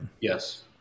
Yes